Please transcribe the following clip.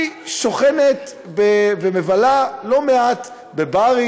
שוכנת ומבלה לא מעט בברים